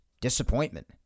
Disappointment